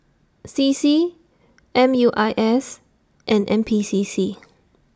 C C M U I S and N P C C